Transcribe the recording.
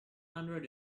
hundred